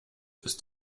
ist